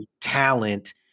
talent